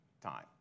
time